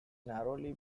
narrowly